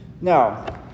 Now